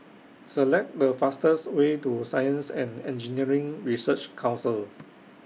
Select The fastest Way to Science and Engineering Research Council